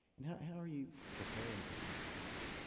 and how how are you preparing for something like that?